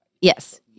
yes